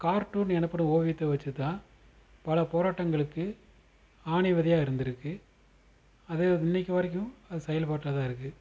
cartoon எனப்படும் ஓவியத்தை வச்சிதான் பல போராட்டங்களுக்கு ஆணிவிதையாக இருந்திருக்கு அது இன்றைக்கு வரைக்கும் அது செயல்பாட்டில தான் இருக்கும்